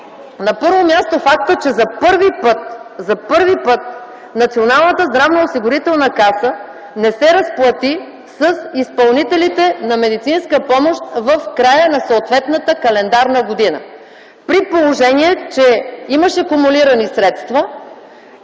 На първо място, фактът, че за първи път Националната здравноосигурителна каса не се разплати с изпълнителите на медицинска помощ в края на съответната календарна година, при положение че имаше кумулирани средства,